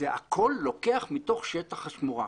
הכול לוקח מתוך שטח השמורה.